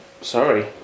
Sorry